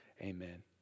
Amen